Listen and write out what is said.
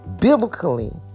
Biblically